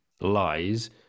lies